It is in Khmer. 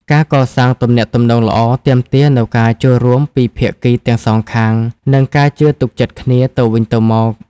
ការកសាងទំនាក់ទំនងល្អទាមទារនូវការចូលរួមពីភាគីទាំងសងខាង និងការជឿទុកចិត្តគ្នាទៅវិញទៅមក។